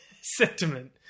sentiment